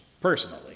personally